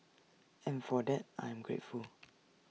and for that I am grateful